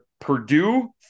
Purdue